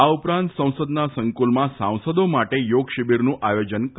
આ ઉપરાંત સંસદના સંકુલમાં સાંસદો માટે યોગ શિબીરનું આયોજન કરાયું છે